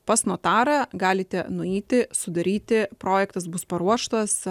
pas notarą galite nueiti sudaryti projektas bus paruoštas